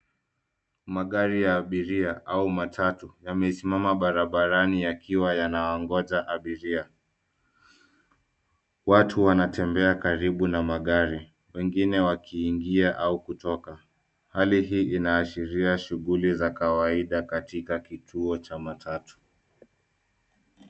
Magari ya abiria au matatu yamesimama barabarani yakiwa yanawaongoja abiria. Watu wanatembea karibu na magari, wengine wakiingia au kutoka. Hali ii inaashiria shughuli za kawaida katika kituo cha matatu.